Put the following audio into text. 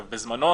בזמנו,